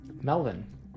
Melvin